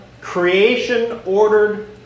creation-ordered